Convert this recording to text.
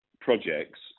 projects